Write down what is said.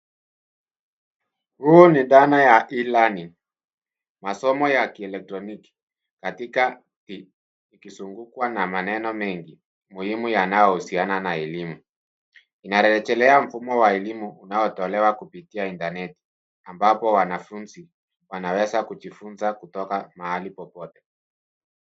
Huu ni dhana ya e-learning , masomo ya kielektroniki, katika ikizungukwa na maneno mengi muhimu yanayohusiana na elimu. Inarejelea mfumo wa elimu unaotolewa kupitia intaneti ambapo wanafunzi wanaweza kujifunza kutoka mahali popote.